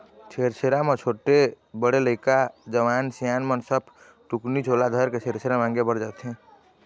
छेरछेरा म छोटे, बड़े लइका, जवान, सियान सब झन टुकनी झोला धरके छेरछेरा मांगे बर जाथें